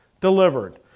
delivered